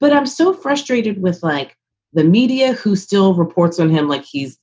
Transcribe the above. but i'm so frustrated with like the media who still reports on him, like he's